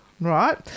Right